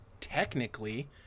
technically